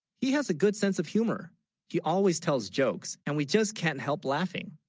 he has a good sense of humor he always tells jokes and we just can't help laughing